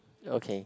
okay